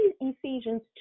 Ephesians